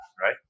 right